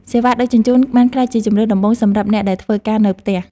សេវាដឹកជញ្ជូន បានក្លាយជាជម្រើសដំបូងសម្រាប់អ្នកដែលធ្វើការនៅផ្ទះ។